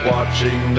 Watching